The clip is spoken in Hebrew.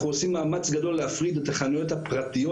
אנחנו עושים מאמץ גדול להפריד את החניות הפרטיות